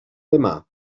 demà